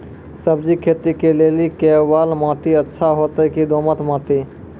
सब्जी खेती के लेली केवाल माटी अच्छा होते की दोमट माटी?